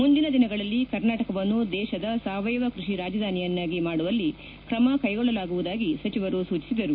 ಮುಂದಿನ ದಿನಗಳಲ್ಲಿ ಕರ್ನಾಟಕವನ್ನು ದೇಶದ ಸಾವಯವ ಕೃಷಿ ರಾಜಧಾನಿಯನ್ನಾಗಿ ಮಾದುವಲ್ಲಿ ಕ್ರಮ ಕೈಗೊಳ್ಳಲಾಗುವುದಾಗಿ ಸಚಿವರು ಸೂಚಿಸಿದರು